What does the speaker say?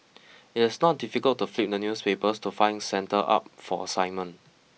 it is not difficult to flip the newspapers to find centres up for assignment